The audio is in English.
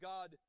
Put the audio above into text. God